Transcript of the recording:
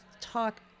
talk